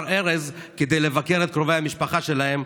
ארז כדי לבקר את קרובי המשפחה שלהם,